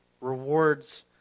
rewards